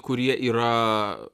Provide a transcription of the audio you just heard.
kurie yra